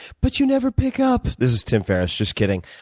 but you never pick up. this is tim ferriss, just kidding.